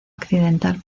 accidental